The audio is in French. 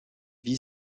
vie